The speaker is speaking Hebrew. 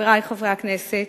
חברי חברי הכנסת,